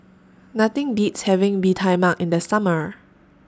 Nothing Beats having Bee Tai Mak in The Summer